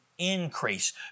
increase